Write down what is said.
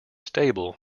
stable